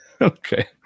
Okay